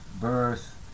birth